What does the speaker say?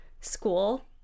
School